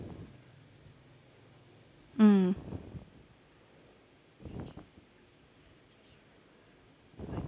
mm